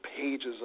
pages